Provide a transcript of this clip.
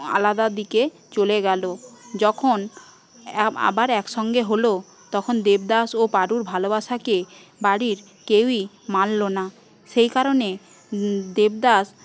আলাদা দিকে চলে গেলো যখন আ আবার এক সঙ্গে হল তখন দেবদাস ও পারোর ভালোবাসাকে বাড়ির কেউই মানলো না সেই কারণে দেবদাস